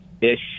ish